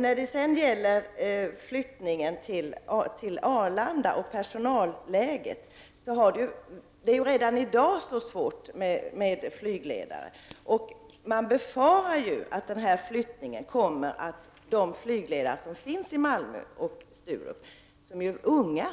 När det gäller flyttningen till Arlanda och personalläget kan man konstatera att det redan i dag är svårt att rekrytera flygledare. De flygledare som finns i Malmö och på Sturup är unga.